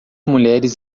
mulheres